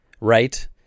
right